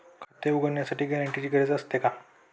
खाते उघडण्यासाठी गॅरेंटरची गरज असते का?